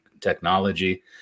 technology